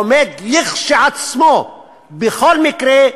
עומד לעצמו בכל מקרה,